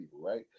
right